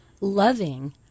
loving